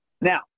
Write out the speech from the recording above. Now